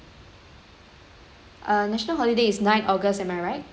uh national holiday is nine august am I right